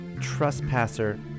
trespasser